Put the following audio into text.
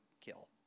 kill